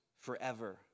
forever